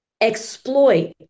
exploit